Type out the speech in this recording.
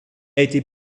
été